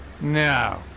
No